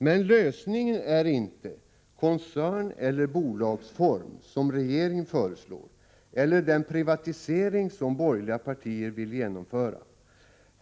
Men lösningen är inte koncernoch bolagsform, som regeringen föreslår, eller den privatisering som borgerliga partier vill genomföra.